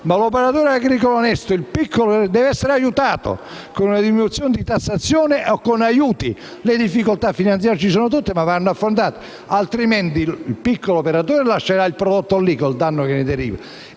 ma l'operatore agricolo onesto e il piccolo operatore devono essere aiutati con la diminuzione della tassazione o con aiuti. Le difficoltà finanziarie ci sono tutte ma vanno affrontate altrimenti il piccolo operatore lascerà il prodotto lì, con il danno che ne deriva